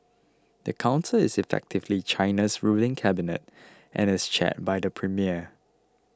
the council is effectively China's ruling cabinet and is chaired by the premier